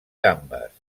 gambes